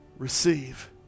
Receive